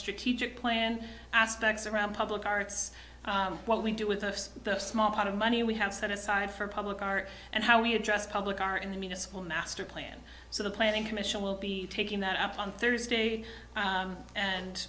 strategic plan aspects around public arts what we do with of the small pot of money we have set aside for public art and how we address public are in the media school master plan so the planning commission will be taking that up on thursday